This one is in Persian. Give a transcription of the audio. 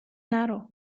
نرو